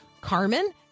Carmen